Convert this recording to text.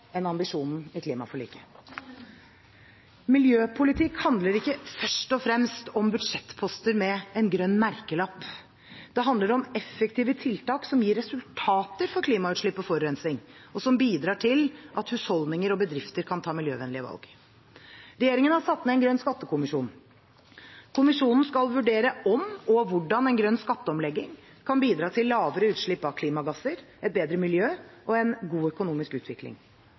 enn ambisjonen i klimaforliket. Miljøpolitikk handler ikke først og fremst om budsjettposter med grønn merkelapp – det handler om effektive tiltak som gir resultater for klimautslipp og forurensing, og som bidrar til at husholdninger og bedrifter kan ta miljøvennlig valg. Regjeringen har satt ned en grønn skattekommisjon. Kommisjonen skal vurdere om og hvordan en grønn skatteomlegging kan bidra til lavere utslipp av klimagasser, et bedre miljø og en god økonomisk utvikling.